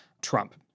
Trump